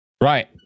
right